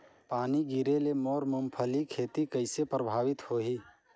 पानी गिरे ले मोर मुंगफली खेती कइसे प्रभावित होही?